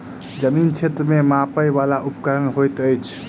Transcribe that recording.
जमीन क्षेत्र केँ मापय वला उपकरण की होइत अछि?